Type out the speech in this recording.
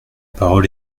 parole